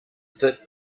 fit